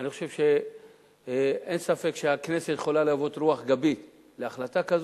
אני חושב שאין ספק שהכנסת יכולה להוות רוח גבית להחלטה כזאת.